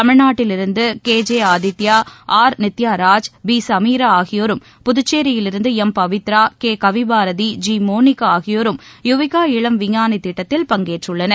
தமிழ்நாட்டிலிருந்து K J Aditya R Nithyaraj P Sumeera ஆகியோரும் புதுச்சேரியிலிருந்து M Pavithra K Kavibharathi G Molika ஆகியோரம் யுவிகா இளம் விஞ்ஞானி திட்டத்தில் பங்கேற்றுள்ளனர்